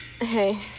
Hey